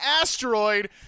asteroid